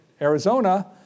Arizona